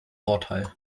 vorteil